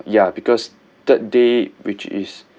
ya because third day which is